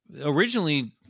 originally